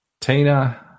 Tina